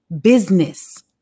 business